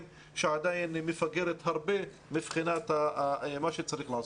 שעדיין מפגרת הרבה מבחינת מה שצריך לעשות.